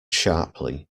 sharply